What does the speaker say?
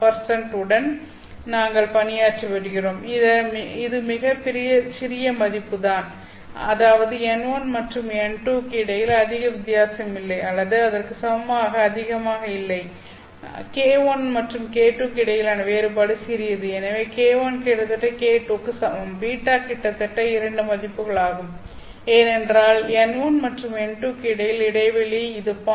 1 உடன் நாங்கள் பணியாற்றி வருகிறோம் இது மிகச் சிறிய மதிப்புகள் அதாவது n1 மற்றும் n2 க்கு இடையில் அதிக வித்தியாசம் இல்லை அல்லது அதற்கு சமமாக அதிகம் இல்லை k1 மற்றும் k2 க்கு இடையிலான வேறுபாடு சிறியது எனவே k1 கிட்டத்தட்ட k2 க்கு சமம் β கிட்டத்தட்ட இரண்டு மதிப்புகள் ஆகும் ஏனென்றால் n1 மற்றும் n2 க்கு இடையில் இடைவெளி இது 0